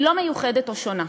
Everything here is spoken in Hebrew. היא לא מיוחדת או שונה,